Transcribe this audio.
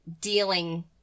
dealing